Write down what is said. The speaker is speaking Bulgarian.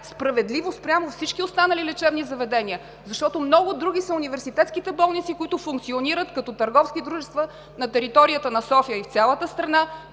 справедливо спрямо всички останали лечебни заведения, защото много други са университетските болници, които функционират като търговски дружества на територията на София и в цялата страна,